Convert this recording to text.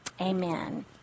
Amen